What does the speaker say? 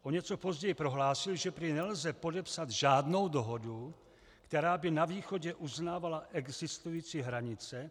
O něco později prohlásil, že prý nelze podepsat žádnou dohodu, která by na východě uznávala existující hranice.